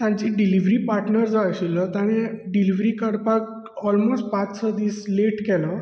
तांचो delivery partner जो आशिल्लो ताणे डिलिवरी करपाक ऑलमोस्ट पांच स दीस लेट केलो